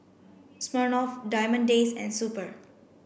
Smirnoff Diamond Days and Super